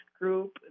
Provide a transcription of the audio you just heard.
group